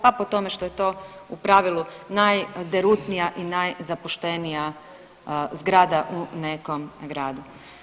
Pa po tome što je to u pravilu najderutnija i najzapuštenija zgrada u nekom gradu.